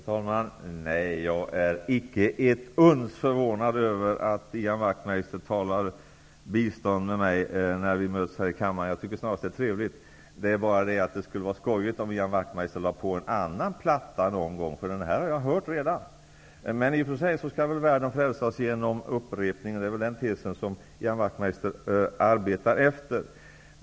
Herr talman! Nej, jag är icke ett uns förvånad över att Ian Wachtmeister talar biståndspolitik med mig när vi möts i kammaren. Jag tycker snarare att det är trevligt. Det skulle vara skojigt om Ian Wachtmeister lade på en annan platta någon gång. Jag har redan hört denna. I och för sig skall väl världen frälsas med hjälp av upprepning, och det är väl den tesen som Ian Wachtmeister arbetar efter.